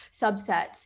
subsets